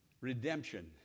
Redemption